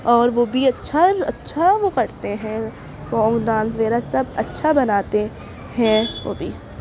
اور وہ بھی اچھا اچھا وہ کرتے ہیں سانگ ڈانس وغیرہ سب اچھا بناتے ہیں وہ بھی